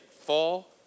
fall